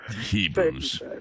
Hebrews